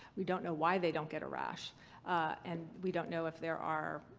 we don't know why they don't get a rash and we don't know if there are.